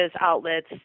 outlets